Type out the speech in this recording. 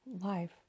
life